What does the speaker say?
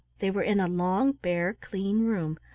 they were in a long, bare, clean room,